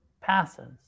passes